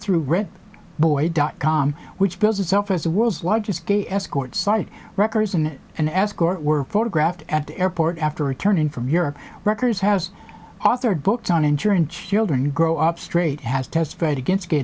through red boy dot com which bills itself as the world's largest gay escort site wreckers and an escort were photographed at the airport after returning from europe wreckers has authored books on injury and children grow up straight has testified against g